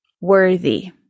worthy